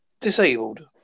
disabled